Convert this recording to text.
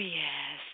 yes